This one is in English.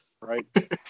Right